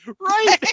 Right